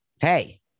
hey